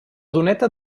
doneta